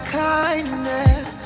kindness